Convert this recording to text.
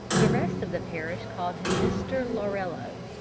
the rest of the parish called him mr. laurello.